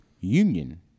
Union